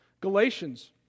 Galatians